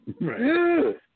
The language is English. Right